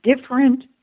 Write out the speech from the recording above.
different